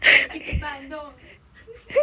还有一杯 bandung